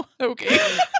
Okay